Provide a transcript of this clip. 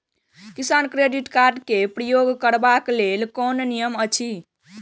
किसान credit card क प्रयोग करबाक लेल कोन नियम अछि?